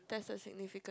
that's a significant